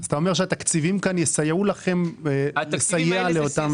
אתה אומר שהתקציבים כאן יסייעו לכם לסייע לאותם אנשים?